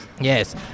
Yes